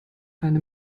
eine